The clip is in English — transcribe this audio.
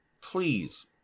please